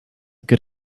good